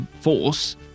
force